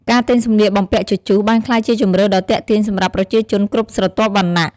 ការទិញសម្លៀកបំពាក់ជជុះបានក្លាយជាជម្រើសដ៏ទាក់ទាញសម្រាប់ប្រជាជនគ្រប់ស្រទាប់វណ្ណៈ។